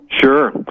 Sure